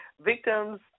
Victims